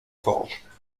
forge